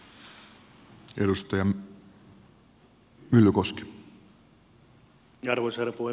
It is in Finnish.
arvoisa herra puhemies